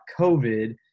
COVID